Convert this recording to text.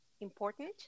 important